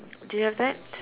do you have that